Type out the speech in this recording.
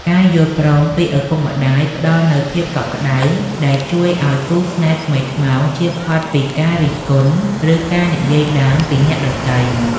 ការយល់ព្រមពីឪពុកម្ដាយផ្ដល់នូវភាពកក់ក្ដៅ ដែលជួយឱ្យគូស្នេហ៍ថ្មីថ្មោងចៀសផុតពីការរិះគន់ ឬការនិយាយដើមពីអ្នកដទៃ។